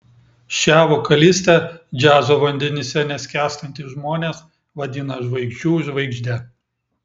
šią vokalistę džiazo vandenyse neskęstantys žmonės vadina žvaigždžių žvaigžde